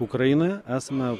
ukrainoje esame